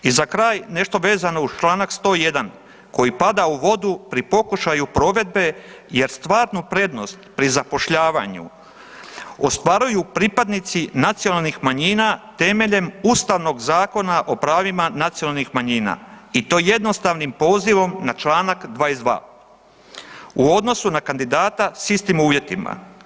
I za kraj nešto vezano uz čl. 101. koji pada u vodu pri pokušaju provedbe jer stvarnu prednost pri zapošljavanju ostvaruju pripadnici nacionalnih manjina temeljem Ustavnog zakona o pravima nacionalnih manjina i to jednostavnim pozivom na čl. 22. u odnosu na kandidata s istim uvjetima.